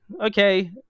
okay